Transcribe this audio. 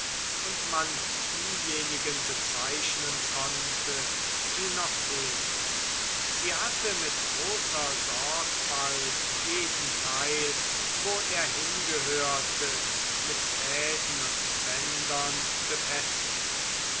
und man diejenigen bezeichnen konnte die noch fehlten sie hatte mit großer sorgfalt jeden teil wo er hingehörte mit fäden und bändern befestigt